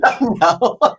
no